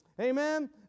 Amen